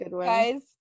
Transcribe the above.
guys